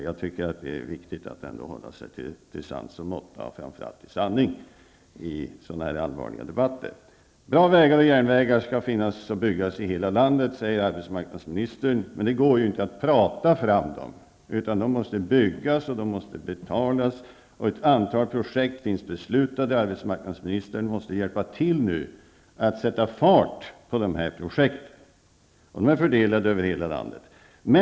Jag tycker att det är viktigt att man ändå håller sig till sans och måtta och framför allt till sanning i sådana allvarliga debatter. Bra vägar och järnvägar skall finnas och byggas i hela landet, säger arbetsmarknadsministern. Men det går ju inte att prata fram dem, utan de måste byggas och betalas. Och ett antal projekt har det fattats beslut om. Arbetsmarknadsministern måste nu hjälpa till att sätta fart på dessa projekt. De är fördelade över hela landet.